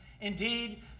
Indeed